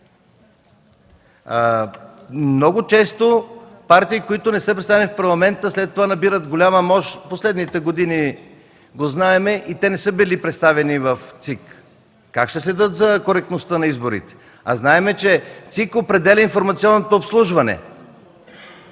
Много често партии, които не са представени в Парламента, след това набират голяма мощ – знаем го от последните години, и те не са били представени в ЦИК. Как ще следят за коректността на изборите? Знаем, че ЦИК определя информационното обслужване.